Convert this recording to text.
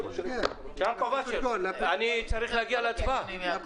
הצריכה של מכלים גדולים בחו"ל לעומת מדינת ישראל,